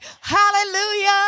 Hallelujah